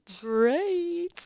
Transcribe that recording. Great